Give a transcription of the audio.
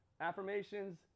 affirmations